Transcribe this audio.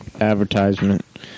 Advertisement